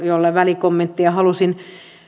jolle välikommentteja halusin